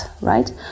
right